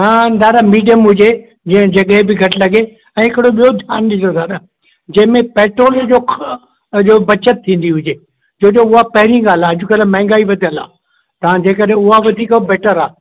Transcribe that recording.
हा दादा मीडियम हुजे जीअं जॻह जेके बि घटि लॻे ऐं हिकिड़ो ॿियो ध्यानु ॾिजो दादा जंहिंमें पेट्रोल जो खां बचति थींदी हुजे छो जो हूअ पहिरीं ॻाल्हि आहे अॼुकल्ह महंगाई वधियलु आहे तव्हां जे करे उहा वधीक बैटर आहे